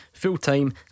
Fulltime